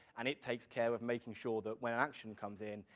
and it takes care of making sure that when an action comes in,